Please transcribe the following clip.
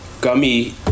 Gummy